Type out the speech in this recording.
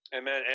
Amen